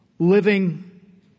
Living